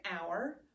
hour